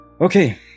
Okay